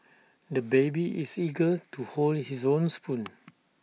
the baby is eager to hold his own spoon